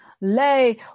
Lay